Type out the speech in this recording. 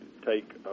take